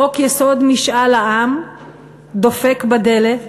חוק-יסוד: משאל העם דופק בדלת,